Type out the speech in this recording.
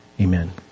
Amen